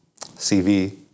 CV